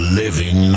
living